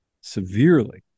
severely